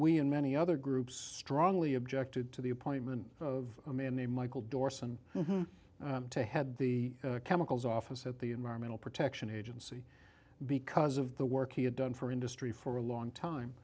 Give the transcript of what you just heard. we and many other groups strongly objected to the appointment of a man named michael dorson to head the chemicals office at the environmental protection agency because of the work he had done for industry for a long time